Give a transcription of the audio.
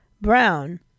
Brown